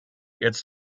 its